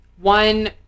One